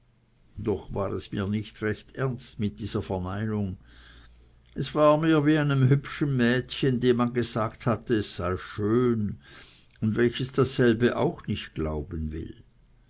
doch war es mir nicht recht ernst mit dieser verneinung es war mir wie einem hübschen mädchen dem man gesagt hatte es sei schön und welches dasselbe auch nicht glauben will